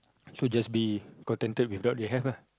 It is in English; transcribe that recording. so just be contented with what you have have lah